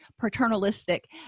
paternalistic